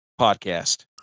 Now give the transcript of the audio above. podcast